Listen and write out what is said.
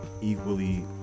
equally